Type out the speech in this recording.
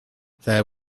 there